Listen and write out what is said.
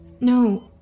No